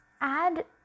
add